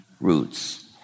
roots